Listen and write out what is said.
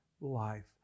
life